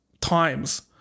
times